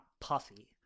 puffy